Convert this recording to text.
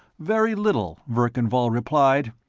very little, verkan vall replied.